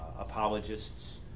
apologists